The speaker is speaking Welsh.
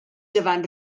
dyfan